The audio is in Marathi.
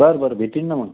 बरं बरं भेटेन ना मग